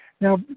Now